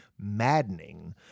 maddening